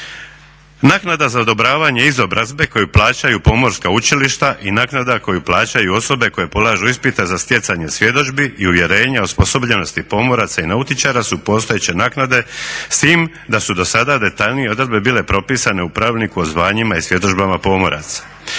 Naknada za odobravanje izobrazbe koju plaćaju pomorska učilišta i naknada koju plaćaju osobe koje polažu ispite za stjecanje svjedodžbi i uvjerenje o osposobljenosti pomoraca i nautičara su postojeće naknade s tim da su do sada detaljnije odredbe bile propisane u Pravilniku o zvanjima i svjedodžbama pomoraca.